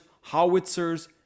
howitzers